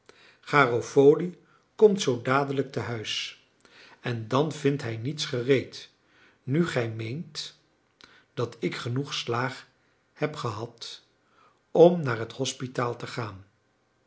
garofoli komt zoo dadelijk tehuis en dan vindt hij niets gereed nu gij meent dat ik genoeg slaag heb gehad om naar het hospitaal te gaan